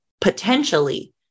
potentially